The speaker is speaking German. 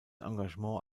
engagement